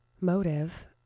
motive